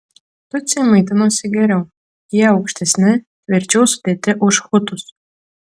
tutsiai maitinosi geriau jie aukštesni tvirčiau sudėti už hutus